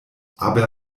aber